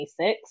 26